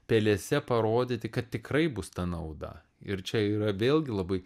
pelėse parodyti kad tikrai bus ta nauda ir čia yra vėlgi labai